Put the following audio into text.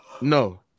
No